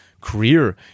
career